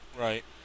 Right